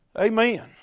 Amen